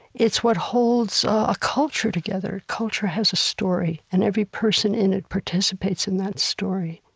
it's what holds a culture together. culture has a story, and every person in it participates in that story.